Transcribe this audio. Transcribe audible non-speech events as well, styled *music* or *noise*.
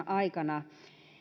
*unintelligible* aikana